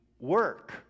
Work